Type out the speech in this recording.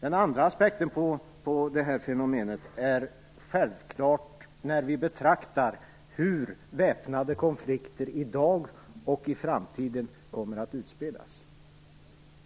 En annan aspekt på det här fenomenet är på vilket sätt väpnade konflikter utspelas i dag och hur de kommer att utspelas i framtiden.